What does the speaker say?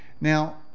Now